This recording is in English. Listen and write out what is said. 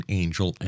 angel